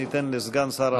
ניתן לסגן שר האוצר להתארגן.